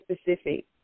specific